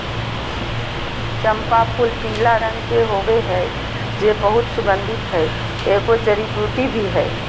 चम्पा फूलपीला रंग के होबे हइ जे बहुत सुगन्धित हइ, एगो जड़ी बूटी भी हइ